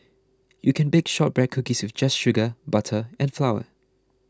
you can bake Shortbread Cookies just with sugar butter and flour